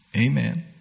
Amen